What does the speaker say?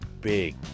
big